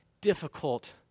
difficult